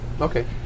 Okay